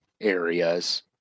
areas